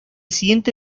siguiente